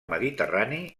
mediterrani